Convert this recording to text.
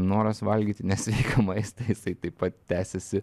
noras valgyti nesveiką maistą jisai taip pat tęsiasi